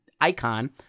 icon